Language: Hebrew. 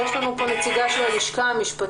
יש לנו פה נציגה של המחלקה המשפטית,